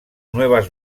nuevas